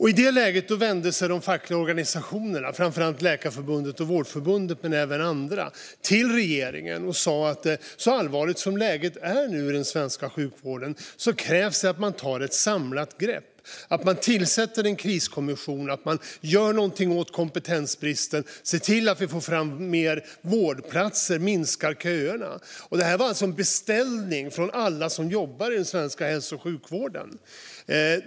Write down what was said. I det läget vände sig de fackliga organisationerna, framför allt Läkarförbundet och Vårdförbundet men även andra, till regeringen och sa att så allvarligt som läget är nu i den svenska sjukvården krävs det att man tar ett samlat grepp, att man tillsätter en kriskommission, att man gör någonting åt kompetensbristen och ser till att vi får fram fler vårdplatser och minskar köerna. Detta var alltså en beställning från alla som jobbar i den svenska hälso och sjukvården.